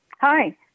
Hi